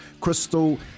Crystal